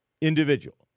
individual